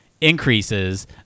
increases